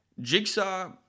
Jigsaw